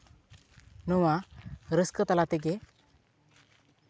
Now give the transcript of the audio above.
ᱱᱚᱣᱟ ᱨᱟᱹᱥᱠᱟᱹ ᱛᱟᱞᱟ ᱛᱮᱜᱮ